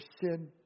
sin